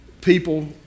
People